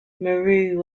meru